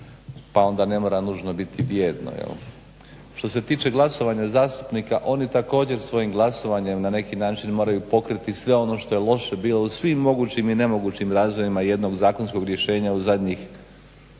pa onda ne mora nužno biti bijedno. Što se tiče glasovanja zastupnika, oni također svojim glasovanjem na neki način moraju pokriti sve ono što je loše bilo u svim mogućim i nemogućim razvojima jednog zakonskog rješenja u zadnjih